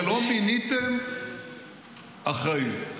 לא מיניתם אחראי,